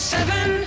Seven